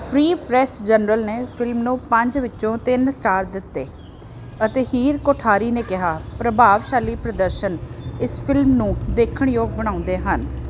free Press Journal ਨੇ film ਨੂੰ ਪੰਜ ਵਿੱਚੋਂ ਤਿੰਨ ਸਟਾਰ ਦਿੱਤੇ ਅਤੇ ਹੀਰ ਕੋਠਾਰੀ ਨੇ ਕਿਹਾ ਪ੍ਰਭਾਵਸ਼ਾਲੀ ਪ੍ਰਦਰਸ਼ਨ ਇਸ ਫ਼ਿਲਮ ਨੂੰ ਦੇਖਣ ਯੋਗ ਬਣਾਉਂਦੇ ਹਨ